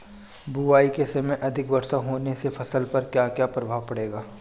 बुआई के समय अधिक वर्षा होने से फसल पर क्या क्या प्रभाव पड़ेगा?